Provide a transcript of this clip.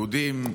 יהודים,